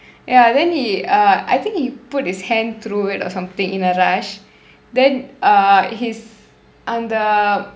ya then he uh I think he put his hand through it or something in a rush then uh his அந்த:andtha